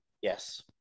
Yes